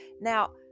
Now